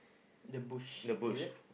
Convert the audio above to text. the bush is it